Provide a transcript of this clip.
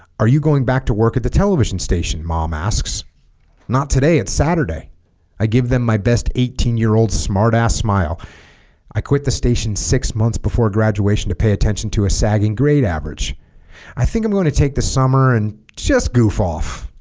are you going back to work at the television station mom asks not today it's saturday i give them my best eighteen year old smart ass smile i quit the station six months before graduation to pay attention to a sagging grade average i think i'm going to take the summer and just goof off